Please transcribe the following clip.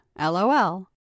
LOL